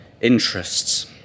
interests